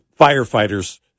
firefighters